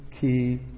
key